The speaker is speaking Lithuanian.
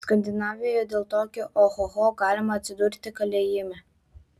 skandinavijoje dėl tokio ohoho galima atsidurti kalėjime